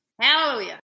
Hallelujah